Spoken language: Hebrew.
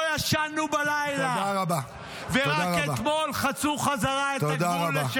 לא נכון, צריך לנמק את ההתנגדות.